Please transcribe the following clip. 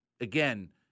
again